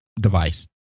device